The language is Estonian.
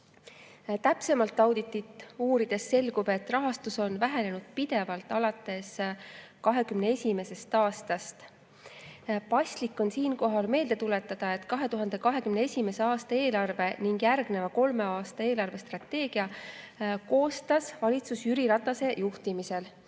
siin. Täpsemalt auditit uurides selgub, et rahastus on pidevalt vähenenud alates 2021. aastast. Paslik on siinkohal meelde tuletada, et 2021. aasta eelarve ning järgneva kolme aasta eelarvestrateegia koostas valitsus Jüri Ratase juhtimisel.